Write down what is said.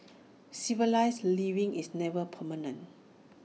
civilised living is never permanent